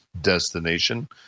destination